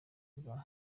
rwa